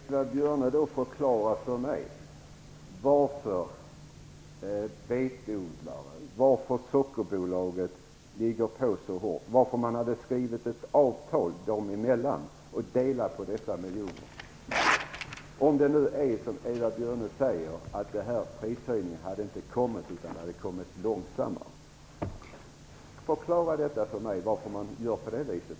Herr talman! Kan Eva Björne då förklara för mig varför betodlare och Sockerbolaget ligger på så hårt och varför de hade skrivit ett avtal dem emellan om att dela på dessa miljoner, om det nu är så som Eva Björne säger, att denna prishöjning hade kommit långsammare? Förklara för mig varför man då gör på det viset!